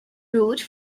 route